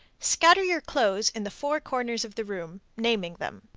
scatter your clothes in the four corners of the room, naming them.